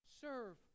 Serve